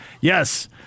Yes